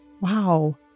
Wow